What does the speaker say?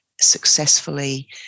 successfully